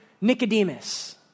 Nicodemus